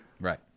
Right